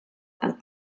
and